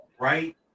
right